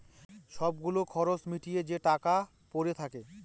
সব গুলো খরচ মিটিয়ে যে টাকা পরে থাকে